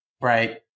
Right